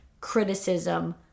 criticism